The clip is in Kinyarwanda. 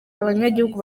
abanyagihugu